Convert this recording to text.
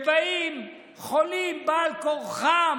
כשבאים חולים בעל כורחם,